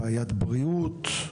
בעיית בריאות?